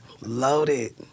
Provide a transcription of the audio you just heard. Loaded